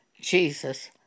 Jesus